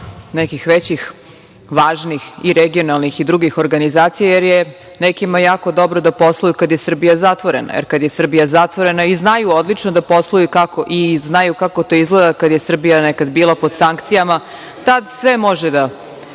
nekih većih važnih i regionalnih i drugih organizacija, jer je nekima jako dobro da posluju kada je Srbija zatvorena. Jer, kada je Srbija zatvorena znaju odlično da posluju i znaju kako to izgleda. Kada je Srbija nekada bila pod sankcijama, tada sve može da